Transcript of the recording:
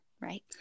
right